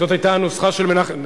זאת היתה הנוסחה של מנחם,